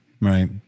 Right